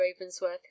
Ravensworth